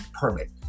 permit